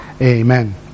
Amen